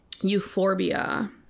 Euphorbia